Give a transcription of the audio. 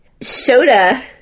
Soda